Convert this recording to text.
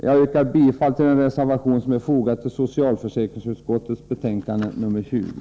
Jag yrkar bifall till den reservation som är fogad till socialförsäkringsutskottets betänkande nr 20.